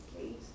please